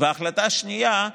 החלטה שנייה,